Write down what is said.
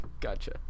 gotcha